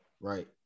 Right